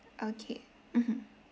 okay mmhmm